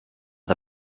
the